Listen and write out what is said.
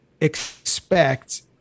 expect